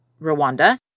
Rwanda